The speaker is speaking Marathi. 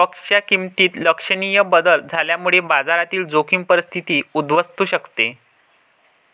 स्टॉकच्या किमतीत लक्षणीय बदल झाल्यामुळे बाजारातील जोखीम परिस्थिती उद्भवू शकते